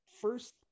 first